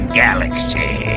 galaxy